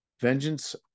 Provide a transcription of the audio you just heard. Vengeance